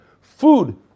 Food